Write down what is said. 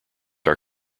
are